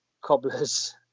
Cobblers